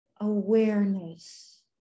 awareness